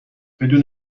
بدون